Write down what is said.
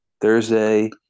Thursday